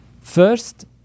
First